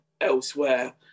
elsewhere